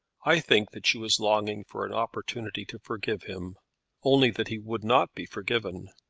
i think that she was longing for an opportunity to forgive him only that he would not be forgiven.